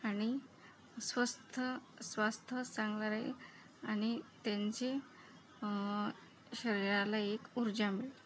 आणि स्वस्थ स्वास्थ्य चांगलं राहील आणि त्यांचे शरीराला एक ऊर्जा मिळेल